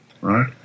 right